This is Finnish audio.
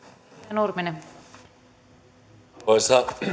arvoisa